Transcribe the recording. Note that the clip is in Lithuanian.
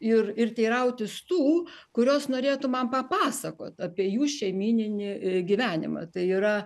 ir ir teirautis tų kurios norėtų man papasakot apie jų šeimyninį gyvenimą tai yra